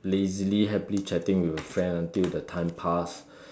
lazily happily chatting with a friend until the time pass